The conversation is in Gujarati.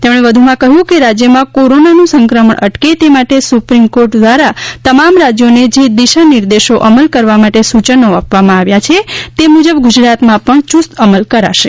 તેમણે વધુમાં કહ્યુ છે કે રાજ્યમાં કોરોનાનું સંક્રમણ અટકે તે માટે સુપ્રિમ કોર્ટ દ્વારા તમામ રાજ્યોને જે દિશાનિર્દેશો અમલ કરવા માટે સૂચનાઓ આપવામાં આવી છે તે મુજબ ગુજરાતમાં પણ યુસ્ત અમલ કરાશે